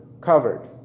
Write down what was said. covered